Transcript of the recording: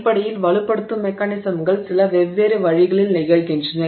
அடிப்படையில் வலுப்படுத்தும் மெக்கானிசம்கள் சில வெவ்வேறு வழிகளில் நிகழ்கின்றன